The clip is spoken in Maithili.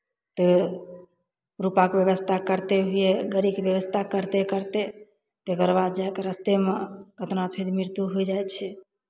तऽ रुपैआके व्यवस्था करते हुए गाड़ीके व्यवस्था करते करते तकर बाद जे हइ रस्तेमे केतना छै जे मृत्यु होय जाइ छै